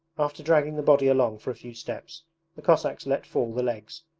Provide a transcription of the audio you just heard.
after dragging the body along for a few steps the cossacks let fall the legs,